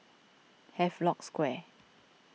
Havelock Square